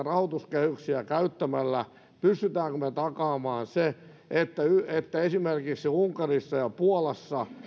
rahoituskehyksiä käyttämällä takaamaan se että että esimerkiksi unkarissa ja puolassa